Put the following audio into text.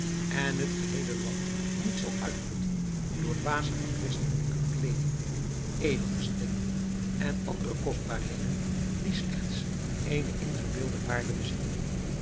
en het geheele land niet zal uitputten door dwaze verkwistingen aan kleeding edelgesteenten en andere kostbaarheden die slechts eene ingebeelde waarde bezitten